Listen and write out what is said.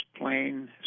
plain